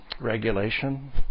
regulation